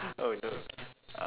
oh no s~ uh